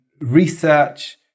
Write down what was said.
research